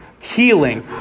healing